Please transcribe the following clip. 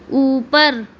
اوپر